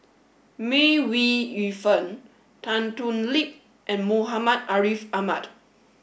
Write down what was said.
May Ooi Yu Fen Tan Thoon Lip and Muhammad Ariff Ahmad